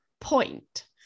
point